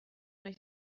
nahi